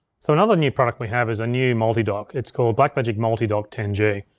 so another new product we have is a new multidock. it's called blackmagic multidock ten g.